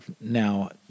now